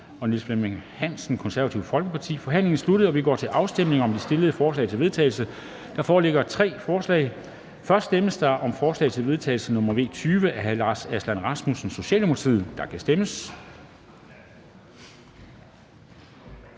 Formanden (Henrik Dam Kristensen): Forhandlingen er sluttet, og vi går til afstemning om de stillede forslag til vedtagelse. Der foreligger tre forslag. Der stemmes først om forslag til vedtagelse nr. V 20 af Lars Aslan Rasmussen (S). Der kan stemmes.